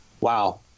Wow